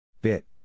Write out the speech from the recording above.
Bit